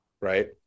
right